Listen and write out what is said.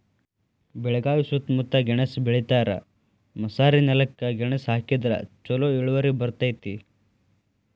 ಬೆಳಗಾವಿ ಸೂತ್ತಮುತ್ತ ಗೆಣಸ್ ಬೆಳಿತಾರ, ಮಸಾರಿನೆಲಕ್ಕ ಗೆಣಸ ಹಾಕಿದ್ರ ಛಲೋ ಇಳುವರಿ ಬರ್ತೈತಿ